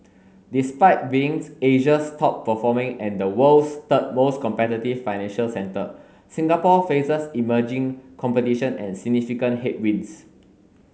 despite being Asia's top performing and the world's third most competitive financial centre Singapore faces emerging competition and significant headwinds